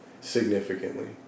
significantly